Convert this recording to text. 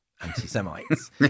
anti-Semites